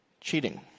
Cheating